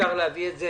שאפשר להביא את זה